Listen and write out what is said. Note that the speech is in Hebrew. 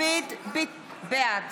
בעד